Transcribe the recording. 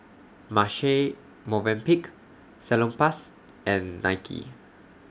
Marche Movenpick Salonpas and Nike